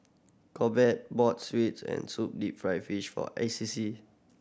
Corbett bought sweet and sour deep fried fish for A C C